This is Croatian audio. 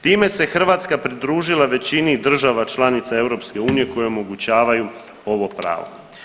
Time se Hrvatska pridružila većini država članica EU koje omogućavaju ovo pravo.